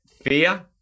fear